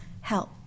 help